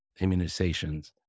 immunizations